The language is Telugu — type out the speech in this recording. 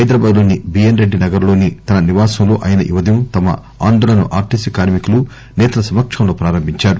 హైదరాబాద్ లోని బిఎస్ రెడ్డి నగర్ లోని తన నివాసం లో ఆయన ఈ ఉదయం తమ ఆందోళనను ఆర్టీసీ కార్కికులు సేతల సమక్షంలో ప్రారంభించారు